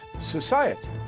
society